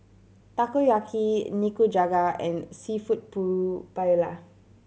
Takoyaki Nikujaga and Seafood Paella